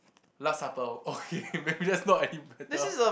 last supper okay maybe that's not any better